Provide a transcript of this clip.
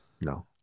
no